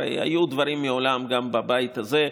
הרי היו דברים מעולם גם בבית הזה,